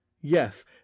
Yes